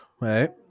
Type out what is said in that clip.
right